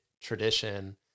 tradition